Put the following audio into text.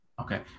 Okay